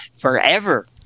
forever